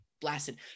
blasted